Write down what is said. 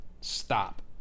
stop